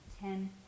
ten